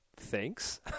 thanks